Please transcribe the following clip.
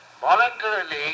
voluntarily